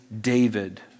David